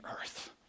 earth